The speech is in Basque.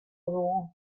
dugu